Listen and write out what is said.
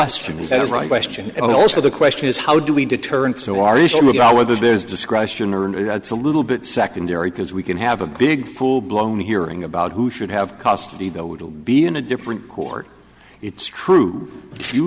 right and also the question is how do we determine so are you sure about whether there's discretion and that's a little bit secondary because we can have a big full blown hearing about who should have custody the would be in a different court it's true if you